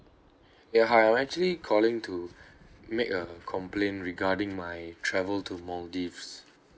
ya hi I'm actually calling to make a complaint regarding my travel to maldives